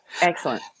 Excellent